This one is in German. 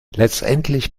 letztendlich